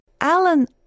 Alan